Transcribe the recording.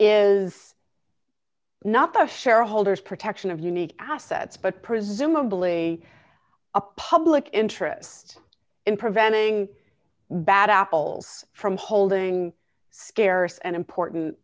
is not the shareholders protection of unique assets but presumably a public interest in preventing bad apple from holding scarce and important